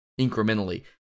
incrementally